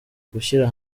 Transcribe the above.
gushyira